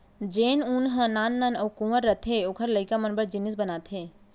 जेन ऊन ह नान नान अउ कुंवर रथे ओकर लइका मन बर जिनिस बनाथे